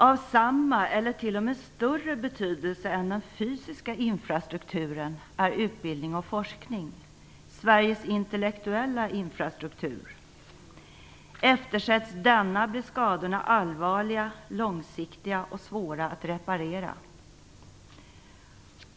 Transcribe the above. Av samma eller t.o.m. större betydelse än den fysiska infrastrukturen är utbildning och forskning, Sveriges intellektuella infrastruktur. Eftersätts denna blir skadorna allvarliga, långsiktiga och svåra att reparera.